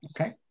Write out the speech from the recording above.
Okay